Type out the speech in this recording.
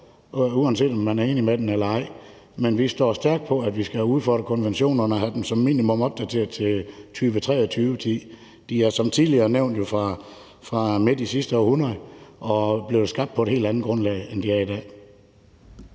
uanset om vi er enig i den eller ej, men vi står stærkt på, at vi skal have udfordret konventionerne og som minimum have dem opdateret til 2023. De er jo som tidligere nævnt fra midt i sidste århundrede og blev skabt på et helt andet grundlag, end der er i dag.